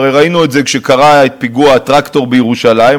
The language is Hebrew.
הרי ראינו את זה כשקרה פיגוע הטרקטור בירושלים,